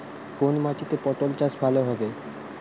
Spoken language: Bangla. কোন মাটিতে পটল চাষ ভালো হবে?